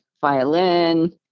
violin